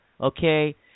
okay